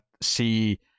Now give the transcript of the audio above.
see